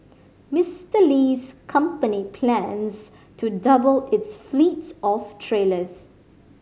Mister Li's company plans to double its fleet of trailers